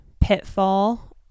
pitfall